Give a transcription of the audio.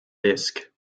disc